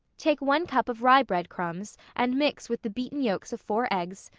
take one cup of rye bread-crumbs and mix with the beaten yolks of four eggs,